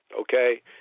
okay